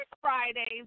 Fridays